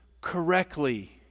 correctly